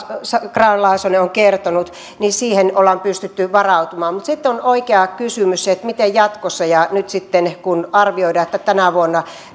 grahn laasonen on kertonut siihen ollaan pystytty varautumaan mutta sitten on oikea kysymys miten jatkossa nyt kun arvioidaan että tänä vuonna